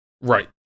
Right